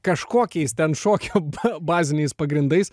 kažkokiais ten šokio b baziniais pagrindais